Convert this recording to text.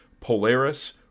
Polaris